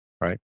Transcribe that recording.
right